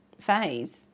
phase